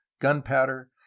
gunpowder